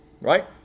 Right